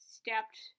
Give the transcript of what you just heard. stepped